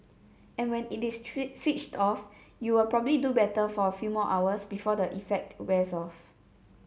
and when it is switched off you'll probably do better for a few more hours before the effect wears off